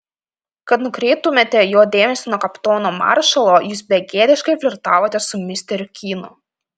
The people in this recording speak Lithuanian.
kad nukreiptumėte jo dėmesį nuo kapitono maršalo jūs begėdiškai flirtavote su misteriu kynu